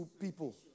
people